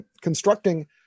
constructing